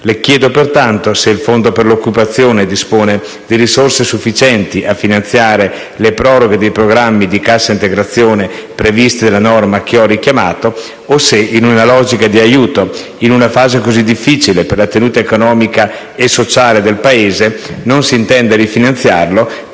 Le chiedo pertanto se il Fondo per l'occupazione dispone di risorse sufficienti a finanziare le proroghe dei programmi di cassa integrazione previsti dalla norma che ho richiamato o se, in una logica di aiuto in una fase così difficile per la tenuta economica e sociale del Paese, non si intenda rifinanziarlo